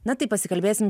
na tai pasikalbėsim